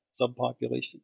subpopulation